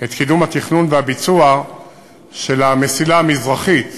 את קידום התכנון והביצוע של המסילה המזרחית,